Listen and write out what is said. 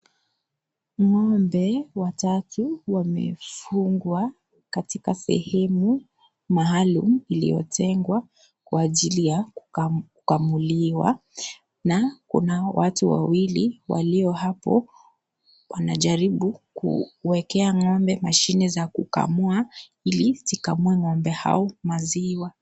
Ngombe watatu wamefungwa katika sehemu maalum iliyotengwa kwa ajili ya kukamuliwa na kuna watu wawili walio hapo wanajaribu kuwekea ngombe mashine za kukamua ili zikamue ngombe hao maziwa.